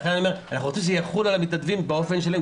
לכן אני אומר שאנחנו רוצים שזה יחול על המתנדבים באופן שלם.